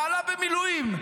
בעלה במילואים.